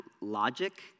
logic